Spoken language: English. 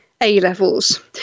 A-levels